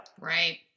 Right